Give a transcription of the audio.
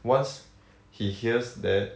once he hears that